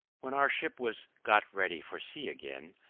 when our ship was got ready for sea again,